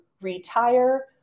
retire